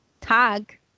tag